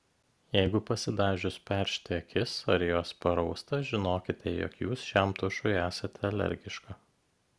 jeigu pasidažius peršti akis ar jos parausta žinokite jog jūs šiam tušui esate alergiška